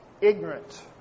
ignorant